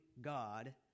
God